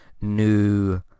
new